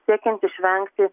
siekiant išvengti